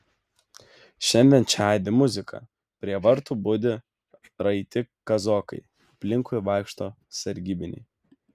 šiandien čia aidi muzika prie vartų budi raiti kazokai aplinkui vaikšto sargybiniai